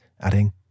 adding